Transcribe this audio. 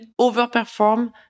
overperform